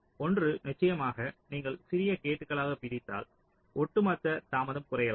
ஒன்று நிச்சயமாக நீங்கள் சிறிய கேட்களாகப் பிரித்தால் ஒட்டுமொத்த தாமதம் குறையலாம்